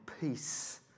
peace